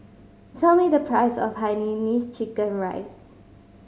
tell me the price of hainanese chicken rice